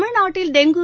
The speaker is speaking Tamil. தமிழ்நாட்டில் டெங்கு